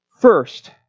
First